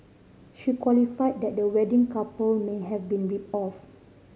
she qualified that the wedding couple may have been ripped off